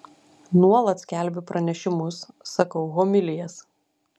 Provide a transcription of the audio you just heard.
nuolat skelbiu pranešimus sakau homilijas